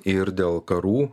ir dėl karų